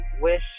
wish